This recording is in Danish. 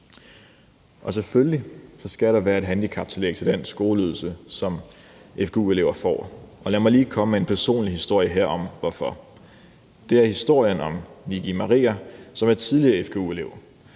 Selvfølgelig skal der være et handicaptillæg til den skoleydelse, som fgu-elever får, og lad mig lige komme med en personlig historie herom hvorfor. Det er historien om Nickie Maria, som er tidligere fgu-elev.